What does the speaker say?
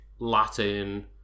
Latin